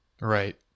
Right